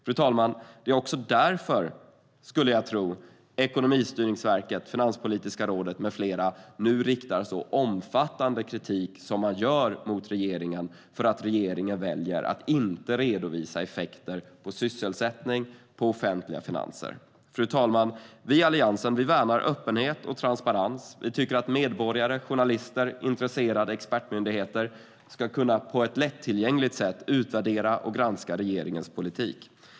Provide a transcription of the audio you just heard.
Jag tror att det är därför som Ekonomistyrningsverket, Finanspolitiska rådet med flera nu riktar omfattande kritik mot regeringen för att den väljer att inte redovisa effekter på sysselsättning och offentliga finanser. Fru talman! Vi i Alliansen värnar öppenhet och transparens. Vi tycker att medborgare, journalister och intresserade expertmyndigheter på ett lättillgängligt sätt ska kunna utvärdera och granska regeringens politik.